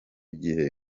gihe